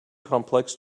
complex